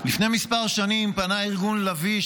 לפני כמה שנים פנה ארגון לביא,